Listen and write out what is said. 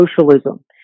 socialism